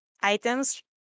items